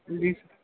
جی سر